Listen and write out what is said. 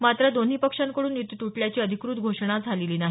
मात्र दोन्ही पक्षांकडून युती तुटल्याची अधिकृत घोषणा झालेली नाही